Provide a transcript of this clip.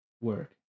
work